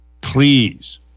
please